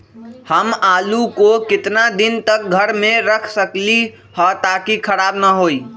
हम आलु को कितना दिन तक घर मे रख सकली ह ताकि खराब न होई?